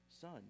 son